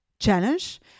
challenge